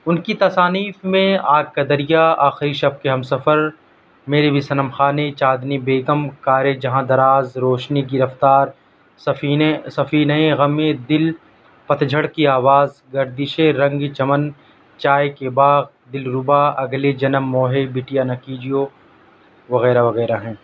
ان کی تصانیف میں آگ کا دریا آخری شب کے ہم سفر میرے بھی صنم خانے چاندنی بیگم کار جہاں دراز روشنی کی رفتار سفینے سفینۂ غم دل پت جھڑ کی آواز گردش رنگ چمن چائے کے باغ دلربا اگلے جنم موہے بٹیا نہ کیجیو وغیرہ وغیرہ ہیں